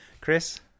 chris